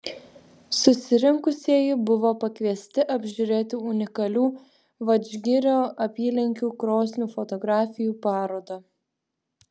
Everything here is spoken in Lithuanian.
susirinkusieji buvo pakviesti apžiūrėti unikalių vadžgirio apylinkių krosnių fotografijų parodą